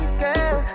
girl